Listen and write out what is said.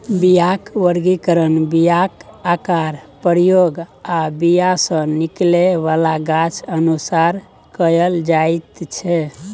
बीयाक बर्गीकरण बीयाक आकार, प्रयोग आ बीया सँ निकलै बला गाछ अनुसार कएल जाइत छै